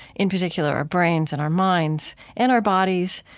in particular, our brains and our minds and our bodies.